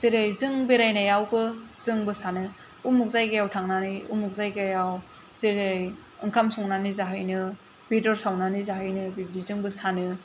जेरै जों बेरायनायावबो जोंबो सानो उमुक जायगायाव थांनानै उमुक जायगायाव जेरै ओंखाम संनानै जाहैनो बेदर सावनानै जाहैनो बिदि जोंबो सानो